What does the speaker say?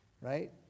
right